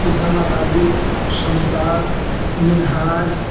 Usama Ghazi Shamsad Minhaj